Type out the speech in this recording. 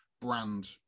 brand